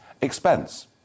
expense